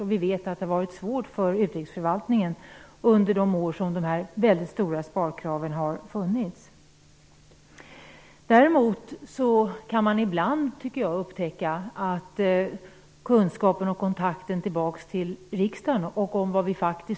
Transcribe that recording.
Vi vet också att det har varit svårt för utrikesförvaltningen under de år som de här väldigt stora sparkraven har funnits. Däremot kan man ibland upptäcka att kontakten med riksdagen inte alltid fungerar och att kunskapen om vad vi faktiskt gör här i riksdagen inte alltid finns.